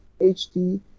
HD